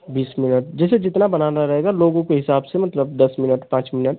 बीस मिनट जैसे जितना बनाना रहेगा लोगों के हिसाब से मतलब दस मिनट पाँच मिनट